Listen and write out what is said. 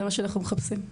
זה מה שאנחנו מחפשים.